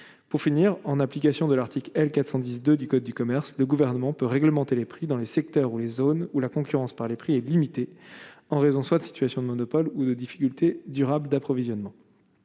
pour finir, en application de l'article L 410 2 du Code du commerce Le gouvernement peut réglementer les prix dans les secteurs où les zones où la concurrence par les prix et limitée en raison soit de situation de monopole ou de difficultés durables d'approvisionnement